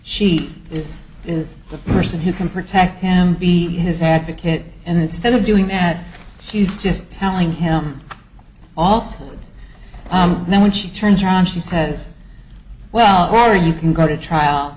she is is the person who can protect him be his advocate and instead of doing that she's just telling him also and then when she turns around she says well or you can go to trial